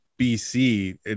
bc